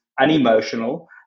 unemotional